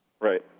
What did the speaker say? Right